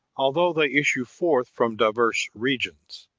although they issue forth from diverse regions,